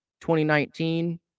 2019